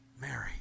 Mary